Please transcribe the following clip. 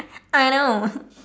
I know